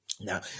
Now